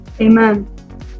Amen